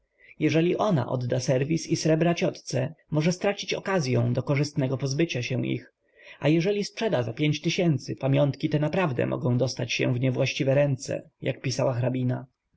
jeżeli ona odda serwis i srebra ciotce może stracić okazyą do korzystnego pozbycia się ich a jeżeli sprzeda za pięć tysięcy pamiątki te naprawdę mogą dostać się w niewłaściwe ręce jak pisała hrabina